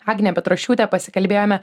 agne petrošiūte pasikalbėjome